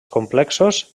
complexos